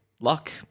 luck